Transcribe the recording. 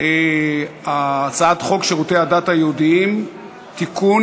הצעת חוק שירותי הדת היהודיים (תיקון,